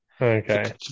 okay